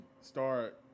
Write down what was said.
start